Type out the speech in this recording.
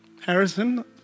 Harrison